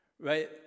right